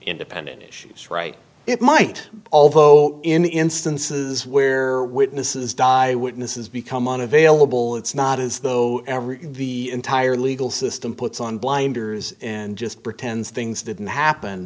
independent issues right it might although in the instances where witnesses died witnesses become unavailable it's not as though the entire legal system puts on blinders and just pretend things didn't happen